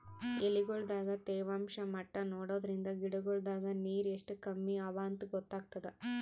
ಎಲಿಗೊಳ್ ದಾಗ ತೇವಾಂಷ್ ಮಟ್ಟಾ ನೋಡದ್ರಿನ್ದ ಗಿಡಗೋಳ್ ದಾಗ ನೀರ್ ಎಷ್ಟ್ ಕಮ್ಮಿ ಅವಾಂತ್ ಗೊತ್ತಾಗ್ತದ